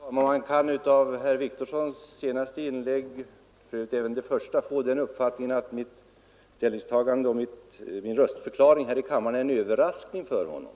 Herr talman! Av herr Wictorssons senaste inlägg — och även det första — kunde man få den uppfattningen att mitt ställningstagande och min röstförklaring här i kammaren var en överraskning för honom.